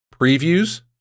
previews